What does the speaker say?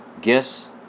guess